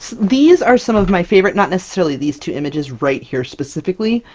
these are some of my favorite not necessarily these two images right here, specifically,